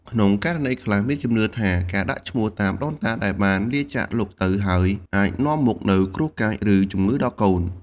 ក្នុងករណីខ្លះ មានជំនឿថា ការដាក់ឈ្មោះតាមដូនតាដែលបានលាចាកលោកទៅហើយ អាចនាំមកនូវគ្រោះកាច ឬជំងឺដល់កូន។